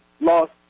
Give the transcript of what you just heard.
lost